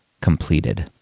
completed